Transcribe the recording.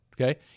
okay